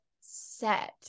set